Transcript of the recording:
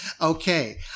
Okay